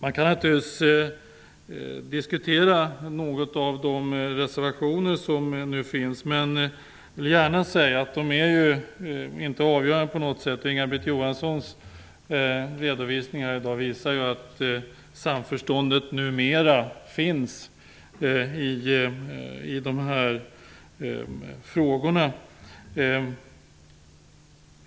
Man kan naturligtvis diskutera några av de reservationer som finns fogade till betänkandet, men jag vill gärna säga att de inte på något sätt är avgörande. Inga-Britt Johanssons redovisning här i dag visar att det numera finns samförstånd i de här frågorna.